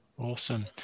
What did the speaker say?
Awesome